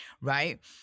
right